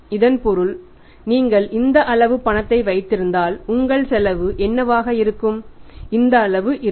இதன் பொருள் நீங்கள் இந்த அளவு பணத்தை வைத்திருந்தால் உங்கள் செலவு என்னவாக இருக்கும் இந்த அளவு இருக்கும்